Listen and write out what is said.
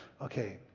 Okay